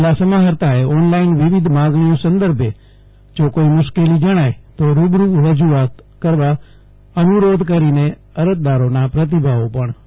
જિલ્લા સમાહર્તાએ ઓનલાઇન વિવિધ માંગણીઓ સંદર્ભે જો કોઇ મુશ્કેલી જણાય તો રૂબરૂ રજૂઆત કરવા અનુરોધ કરીને અરજદારોનાં પ્રતિભાવો પણ મેળવ્યાં હતા